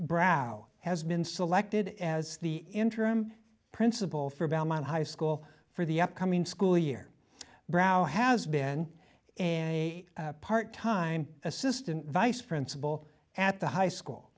brad has been selected as the interim principal for belmont high school for the upcoming school year brough has been and a part time assistant vice principal at the high school